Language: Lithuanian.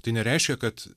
tai nereiškia kad